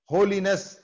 Holiness